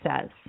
says